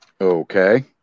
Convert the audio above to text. Okay